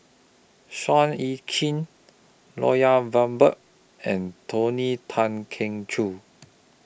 Seah EU Chin Lloyd Valberg and Tony Tan Keng Joo